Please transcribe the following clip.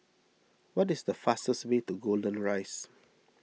what is the fastest way to Golden Rise